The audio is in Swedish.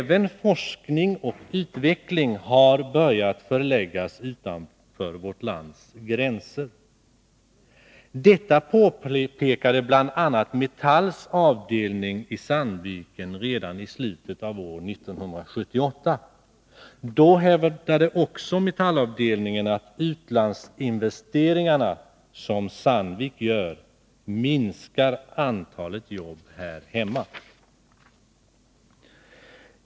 Även forskning och utveckling har börjat förläggas utanför vårt lands gränser. Detta påpekade bl.a. Metalls avdelning i Sandviken redan i slutet av år 1978. Då hävdade Metallavdelningen också att de utlandsinvesteringar som Sandvik gör minskar antalet jobb här hemma.